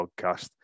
podcast